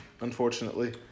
unfortunately